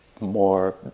more